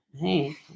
Hey